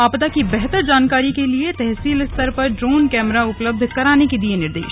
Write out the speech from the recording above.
आपदा की बेहतर जानकारी के लिए तहसील स्तर तक ड्रोन कैमरा उपलब्ध कराने के दिए निर्देश